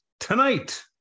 Tonight